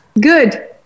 Good